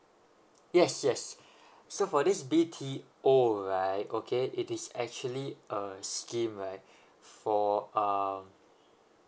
yes yes so for this B_T_O right okay it is actually a scheme right for um